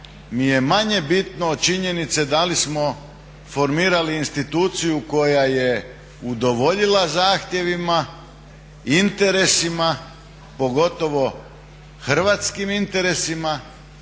mi je manje bitno od činjenice da li smo formirali instituciju koja je udovoljila zahtjevima, interesima pogotovo hrvatskim interesima